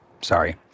Sorry